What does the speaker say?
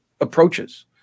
approaches